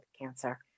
cancer